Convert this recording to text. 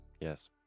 Yes